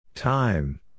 Time